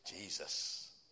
Jesus